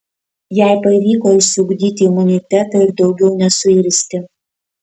jai pavyko išsiugdyti imunitetą ir daugiau nesuirzti